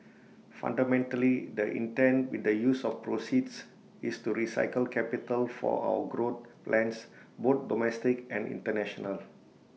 fundamentally the intent with the use of proceeds is to recycle capital for our growth plans both domestic and International